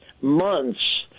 months